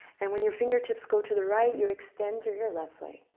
and when your fingertips go to the right, you extend through your left leg.